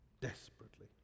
Desperately